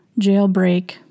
jailbreak